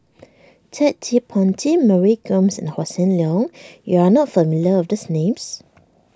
Ted De Ponti Mary Gomes and Hossan Leong you are not familiar with these names